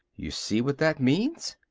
you see what that means?